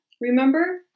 remember